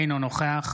אינו נוכח